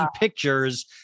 pictures